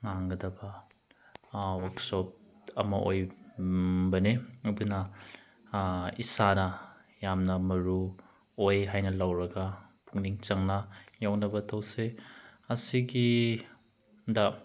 ꯉꯥꯡꯒꯗꯕ workshop ꯑꯃ ꯑꯣꯏꯕꯅꯦ ꯑꯗꯨꯅ ꯏꯁꯥꯗ ꯌꯥꯝꯅ ꯃꯔꯨꯑꯣꯏ ꯍꯥꯏꯅ ꯂꯧꯔꯒ ꯄꯨꯛꯅꯤꯡ ꯆꯪꯅ ꯌꯥꯎꯅꯕ ꯇꯧꯁꯦ ꯑꯁꯤꯒꯤ ꯗ